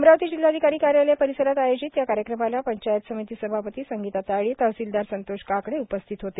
अमरावती जिल्हाधिकारी कार्यालय परिसरात आयोजित या कार्यक्रमाला पंचायत समिती सभापती संगीता तायडे तहसीलदार संतोष काकडे उपस्थित होते